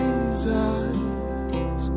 Jesus